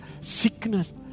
sickness